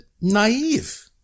naive